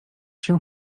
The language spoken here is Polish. się